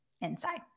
inside